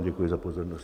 Děkuji vám za pozornost.